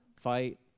fight